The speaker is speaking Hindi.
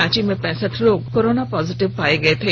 रांची में पैंसठ लोग कोरोना पॉजिटिव पाये गए थे